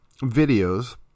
videos